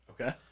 Okay